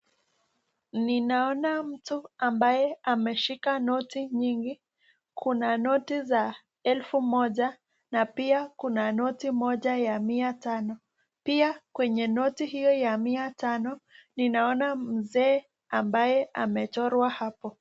Ninaona mtu ambaye ameshika noti nyingi. Kuna noti za elfu moja na pia kuna noti moja ya mia tano. Pia kwenye noti hio ya mia tano ninaona mzee ambaye amechorwa hapo.